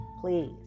Please